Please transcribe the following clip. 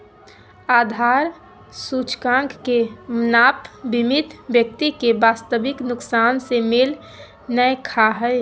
आधार सूचकांक के नाप बीमित व्यक्ति के वास्तविक नुकसान से मेल नय खा हइ